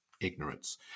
ignorance